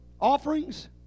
offerings